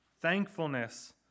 Thankfulness